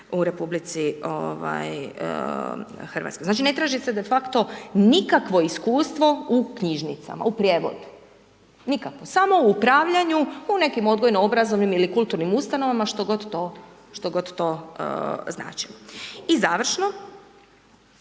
u RH. Znači ne traži se de facto nikakvo iskustvo u knjižnicama, u prijevodu. Nikakvo. Samo u upravljanju u nekim odgojno-obrazovnim ili kulturnim ustanovama, što god to značilo. I završno,